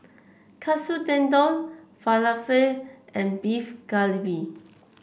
Katsu Tendon Falafel and Beef Galbi